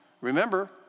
Remember